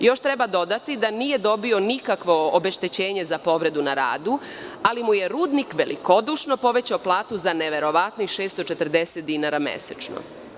Još treba dodati da nije dobio nikakvo obeštećenje za povredu na radu, ali mu je rudnik velikodušno povećao platu za neverovatnih 640 dinara mesečno.